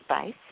space